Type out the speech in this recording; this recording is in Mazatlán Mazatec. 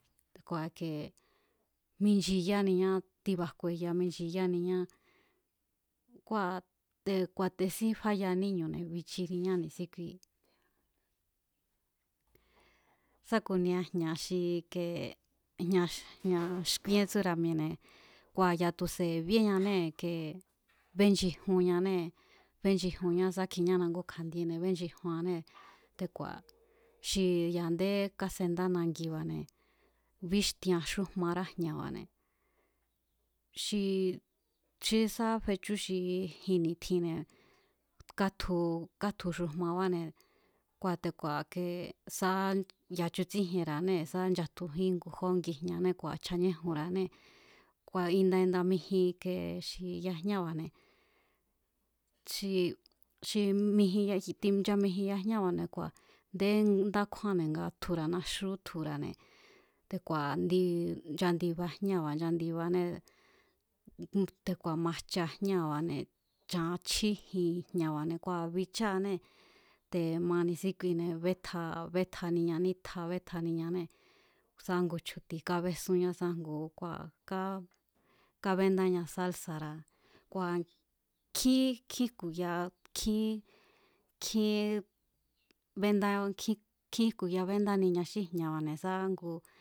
Kua̱ ike minchiyániña tíba̱ jkueya minchiyaniñá kua̱ te̱ ku̱a̱te̱sin fayaa níñu̱ne̱ bichiniña ni̱síkui. Sa ku̱nia jña̱ xi ike jña̱, jña̱xkúíén tsúra̱ mi̱e̱ne̱ kua̱ ya̱a tu̱se̱ bíéñanée̱ ike benchijunñanée̱ benchijunñá sa kjiñána ngú kja̱'ndiene̱ benchijuan, te̱ku̱a̱ xi ya̱a a̱ndé kásendá nangibáne̱, bíxtien xújmará jña̱ba̱ne̱ xi ché sa fechú xi jin ni̱tjinne̱ kátju kátju xujmabáne̱ kua̱ te̱ku̱a̱ kee sá ya̱a chutsíjienra̱anée̱ sá nchatjujín ngu jó ngijñane kua̱ chjaníéjunra̱anee̱, kua̱ inda inda n=mijin xi yajñába̱ne̱ xi xi mijin yaj xi nchaijinya yajñába̱ne̱ kua̱ ndé ndá kjúánne̱ nga tjura̱ naxú tjura̱ne̱ te̱ku̱a̱ ndi ncha ndiba jñáa̱ba̱ nchandibané, te̱ku̱a̱ majcha jñáa̱ba̱ne̱ chan chjíjin jña̱ba̱ne̱ kua̱ bicháanée̱, te̱ ma ni̱síkuine̱ bétja bétjaniña nítja bétjaniñanée̱ sá ngu chju̱ti̱ kábésúnñá sá ngu ká kábéndáña sálsa̱ra̱ kua̱ nkjín nkjín jku̱ya, kjín, kjín béndá kjín kjín jku̱ya béndániña xí jña̱ba̱ sá ngu.